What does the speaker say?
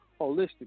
holistically